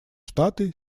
штаты